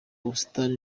ubusitani